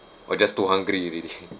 or just too hungry already